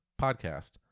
podcast